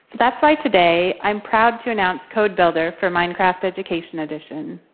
that's why today i'm proud to announce code builder for minecraft education edition.